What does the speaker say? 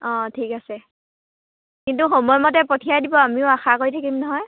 অঁ ঠিক আছে কিন্তু সময়মতে পঠিয়াই দিব আমিও আশা কৰি থাকিম নহয়